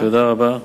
תודה רבה.